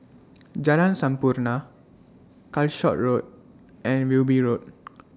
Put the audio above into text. Jalan Sampurna Calshot Road and Wilby Road